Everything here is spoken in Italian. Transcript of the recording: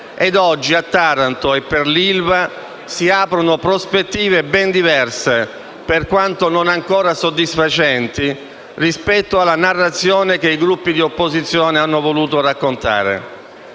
oggi a Taranto e per l'ILVA si aprono prospettive ben diverse, per quanto non ancora soddisfacenti, rispetto alla narrazione che i Gruppi di opposizione hanno voluto raccontare.